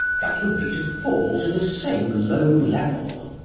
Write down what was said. that would be to fall to the same low level.